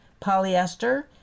polyester